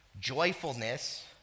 Joyfulness